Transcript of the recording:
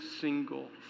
single